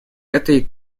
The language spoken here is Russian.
этой